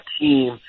team